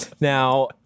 Now